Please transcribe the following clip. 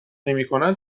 نمیکنند